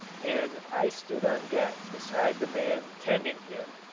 and i stood on deck beside the man tending him,